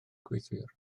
gweithiwr